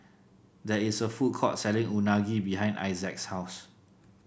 there is a food court selling Unagi behind Issac's house